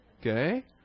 Okay